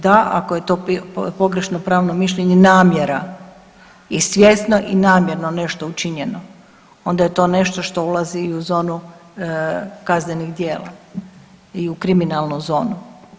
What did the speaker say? Da, ako je to pogrešno pravno mišljenje namjera i svjesno i namjerno nešto učinjeno, onda je to nešto što ulazi i u zonu kaznenih djela i u kriminalnu zonu.